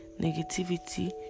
negativity